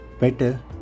Better